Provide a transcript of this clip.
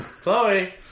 Chloe